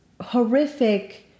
horrific